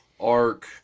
Arc